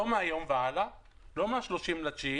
לא מהיום והלאה, לא מ-30 בספטמבר